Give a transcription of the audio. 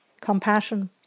compassion